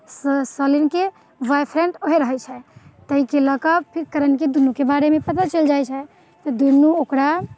सलिनके boy friend उएह रहैत छै ताहिके लऽ कऽ फेर करणकेँ दुनूके बारेमे पता चलि जाइत छै तऽ दुनू ओकरा